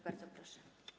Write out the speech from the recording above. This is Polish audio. Bardzo proszę.